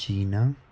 China